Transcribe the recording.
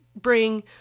bring